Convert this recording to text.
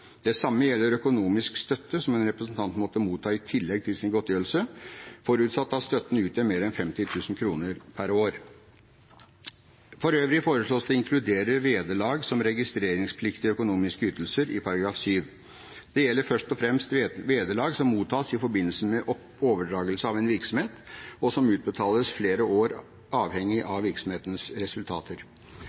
Det samme gjelder økonomiske støtte som en representant måtte motta i tillegg til sin godtgjørelse, forutsatt at støtten utgjør mer enn 50 000 kr per år. For øvrig foreslås det å inkludere vederlag som registreringspliktig økonomisk ytelse i § 7. Det gjelder først og fremst vederlag som mottas i forbindelse med overdragelse av en virksomhet, og som utbetales over flere år avhengig av virksomhetens resultater.